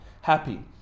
happy